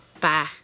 Bye